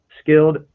skilled